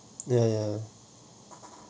ya ya